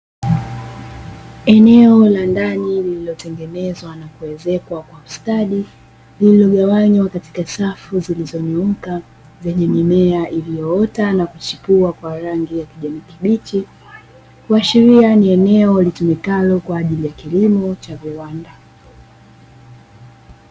Eneo la ndani, lililotengenezwa na kuezekwa kwa ustadi, lililogawanywa katika safu zilizonyooka zenye mimea iliyoota na kuchipua kwa rangi ya kijani kibichi. Kuashiria ni eneo litumikalo kwa ajili ya kilimo cha viwanda.